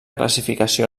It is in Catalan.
classificació